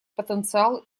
потенциал